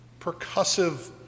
percussive